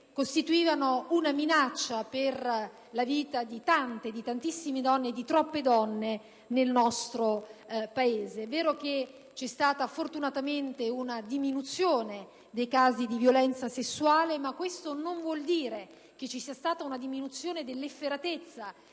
costituivano una minaccia per la vita di tante, di troppe donne nel nostro Paese. È vero che c'è stata fortunatamente una diminuzione dei casi di violenza sessuale, ma questo non vuole dire che ci sia stata una diminuzione dell'efferatezza